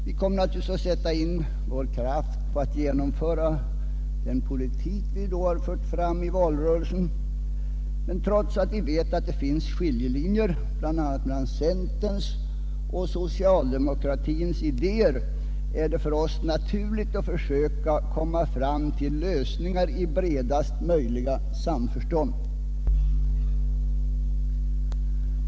Vi kommer naturligtvis att sätta in vår kraft på att genomföra den politik vi har fört fram i valrörelsen. Trots att vi vet att det finns skiljelinjer bl.a. mellan centerns och socialdemokratins idéer, är det för oss naturligt att försöka komma fram till lösningar i bredaste möjliga samförstånd.